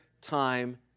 time